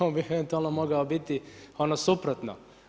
On bi eventualno mogao biti ono suprotno.